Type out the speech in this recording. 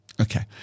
Okay